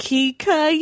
Kika